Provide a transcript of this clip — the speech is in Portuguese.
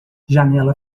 janela